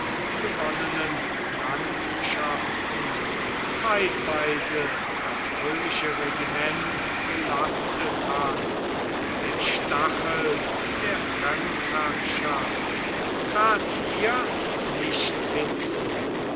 gewonnenen landschaften zeitweise das römische regiment gelastet hat der stachel der fremdherrschaft trat hier nicht hinzu